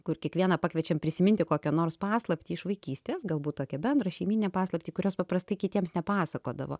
kur kiekvieną pakviečiam prisiminti kokią nors paslaptį iš vaikystės galbūt tokią bendrą šeimynę paslaptį kurios paprastai kitiems nepasakodavo